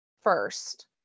first